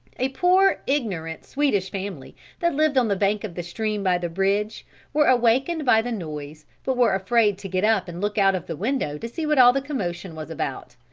a poor, ignorant swedish family that lived on the bank of the stream by the bridge were awakened by the noise but were afraid to get up and look out of the window to see what all the commotion was about.